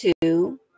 two